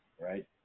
right